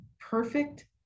perfect